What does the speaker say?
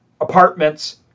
apartments